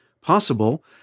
possible